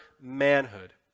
manhood